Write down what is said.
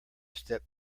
step